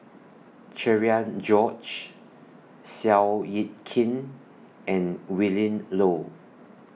Cherian George Seow Yit Kin and Willin Low